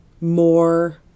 more